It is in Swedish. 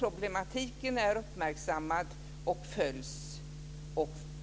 Problemen är uppmärksammade och följs.